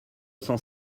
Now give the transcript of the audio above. cent